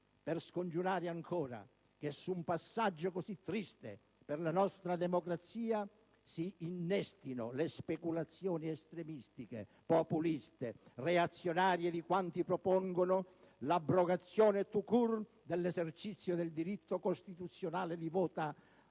di scongiurare, ancora, che su un passaggio così triste per la nostra democrazia si innestino le speculazioni estremistiche, populiste, reazionarie, di quanti propongono l'abrogazione *tout court* dell'esercizio del diritto costituzionale di voto